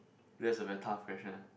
that's a very tough question